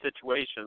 situations